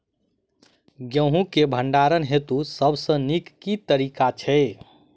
गेंहूँ केँ भण्डारण हेतु सबसँ नीक केँ तरीका छै?